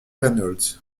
reynolds